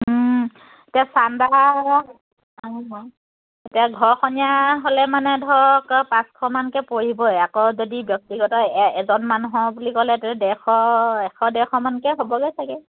এতিয়া চান্দা এতিয়া ঘৰখনিয়া হ'লে মানে ধৰক পাঁচশমানকৈ পৰিবই আকৌ যদি ব্যক্তিগত এজন মানুহৰ বুলি ক'লে ডেৰশ এশ ডেৰশমানকৈ হ'বগৈ চাগৈ